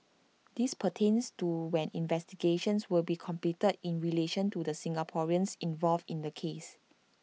this pertains to when investigations will be completed in relation to the Singaporeans involved in the case